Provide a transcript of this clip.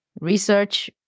research